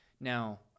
Now